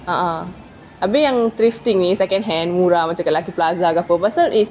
uh uh abeh yang thrifting ni secondhand murah macam kat lucky plaza pasal is